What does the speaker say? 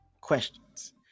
questions